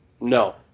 No